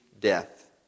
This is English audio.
death